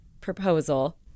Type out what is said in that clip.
proposal